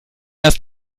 erst